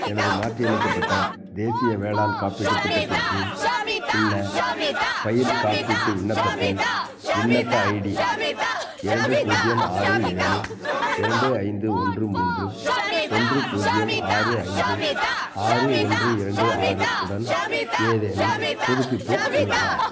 எனது மாற்றியமைக்கப்பட்ட தேசிய வேளாண் காப்பீட்டுத் திட்டத்தின் கீழ் உள்ள பயிர்க் காப்பீட்டு விண்ணப்பத்தில் விண்ணப்ப ஐடி இரண்டு பூஜ்ஜியம் ஆறு ஏழு இரண்டு ஐந்து ஒன்று மூன்று ஒன்று பூஜ்ஜியம் ஆறு ஐந்து ஆறு ஒன்று இரண்டு ஆறு உடன் ஏதேனும் புதுப்பிப்பு உள்ளதா